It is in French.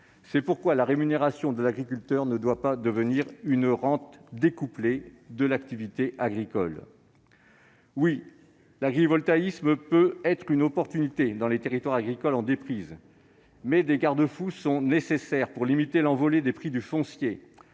C'est pourquoi la rémunération de l'agriculteur ne doit pas devenir une rente découplée de l'activité agricole. Oui, l'agrivoltaïsme peut être une possibilité de développement dans les territoires agricoles en déprise, mais des garde-fous sont nécessaires pour limiter l'envolée des prix du foncier,